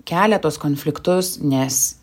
kelia tuos konfliktus nes